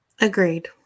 Agreed